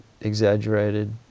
exaggerated